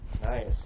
Nice